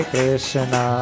Krishna